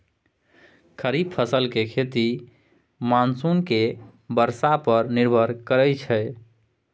खरीफ फसल के खेती मानसून के बरसा पर निर्भर करइ छइ